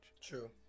True